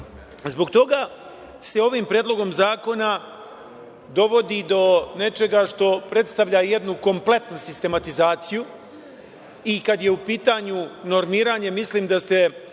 toga se ovim predlogom zakona dovodi do nečega što predstavlja jednu kompletnu sistematizaciju. I kad je u pitanju normiranje, mislim da ste